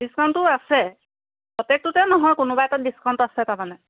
ডিছকাউণ্টটো আছে প্ৰত্যেকটোতে নহয় কোনোবা এটা ডিছকাউণ্ট আছে তাৰমানে